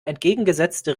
entgegengesetzte